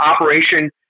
Operation